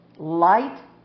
light